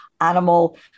animal